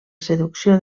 seducció